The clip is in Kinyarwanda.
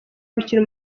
gukina